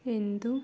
ಎಂದು